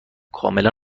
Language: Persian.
کاملا